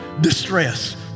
distress